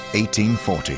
1840